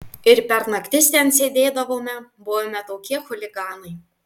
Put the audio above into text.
ir per naktis ten sėdėdavome buvome tokie chuliganai